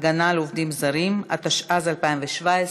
(הגנה על עובדים זרים) התשע"ז 2017,